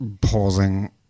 pausing